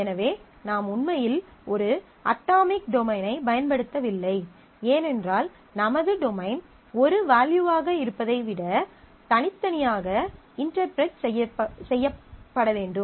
எனவே நாம் உண்மையில் ஒரு அட்டாமிக் டொமைனைப் பயன்படுத்தவில்லை ஏனென்றால் நமது டொமைன் ஒரு வேல்யூவாக இருப்பதை விட தனித்தனியாக இன்டெர்ப்ரெட் செய்யப் வேண்டும்